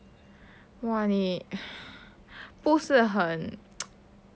哇你不是很